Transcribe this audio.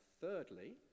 thirdly